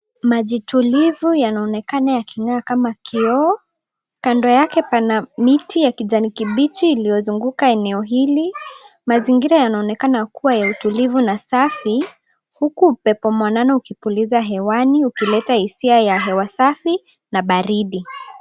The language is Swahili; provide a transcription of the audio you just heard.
Maji tulivu yanaonekana yaking'aa kama kioo kando yake pana miti ya kijani kibichi iliyozunguka eneo hili. Mazingira yanaonekana kuwa ya utulivu na safi huku upepo mwanane ukipuliza hewani ukileta hisia ya hewa safi na baridi.